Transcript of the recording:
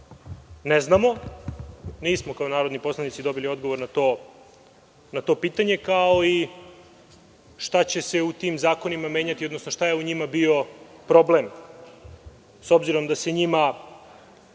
ne znamo, i nismo kao narodni poslanici dobili odgovor na to pitanje, kao i šta će se u tim zakonima menjati, odnosno šta je u njima bio problem, s obzirom da se njima